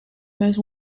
most